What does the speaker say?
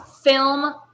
film